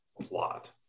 plot